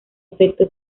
efecto